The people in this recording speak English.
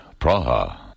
Praha